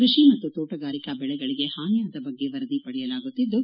ಕೃಷಿ ಮತ್ತು ತೋಟಗಾರಿಕಾ ಬೆಳೆಗಳಗೆ ಹಾನಿಯಾದ ಬಗ್ಗೆ ವರದಿ ಪಡೆಯಲಾಗುತ್ತಿದ್ದು